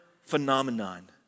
phenomenon